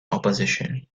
opposition